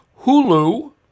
Hulu